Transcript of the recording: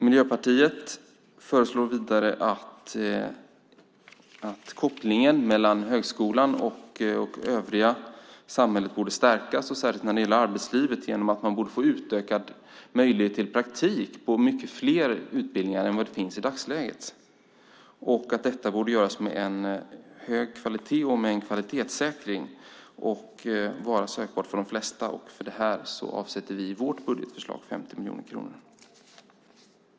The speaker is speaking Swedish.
Miljöpartiet säger vidare att kopplingen mellan högskolan och övriga samhället borde stärkas, särskilt när det gäller arbetslivet, genom att man borde få utökad möjlighet till praktik på många fler utbildningar än i dagsläget. Detta borde vara sökbart för de flesta och göras med en hög kvalitet och med en kvalitetssäkring. För det avsätter vi i vårt budgetförslag 50 miljoner kronor.